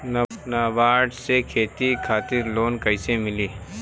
नाबार्ड से खेती खातिर लोन कइसे मिली?